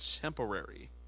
temporary